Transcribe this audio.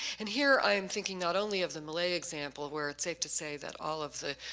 and here i am thinking not only of the millay example where it's safe to say that all of the